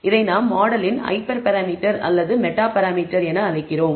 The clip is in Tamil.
இதை நாம் மாடலின் ஹைப்பர் பாராமீட்டர் அல்லது மெட்டா பாராமீட்டர் என்று அழைக்கிறோம்